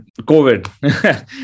COVID